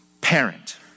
parent